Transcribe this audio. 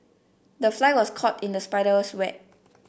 the fly was caught in the spider's web